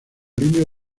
líneas